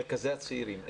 מרכזי הצעירים.